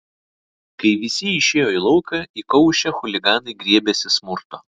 kai visi išėjo į lauką įkaušę chuliganai griebėsi smurto